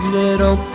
little